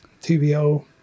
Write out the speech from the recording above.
TVO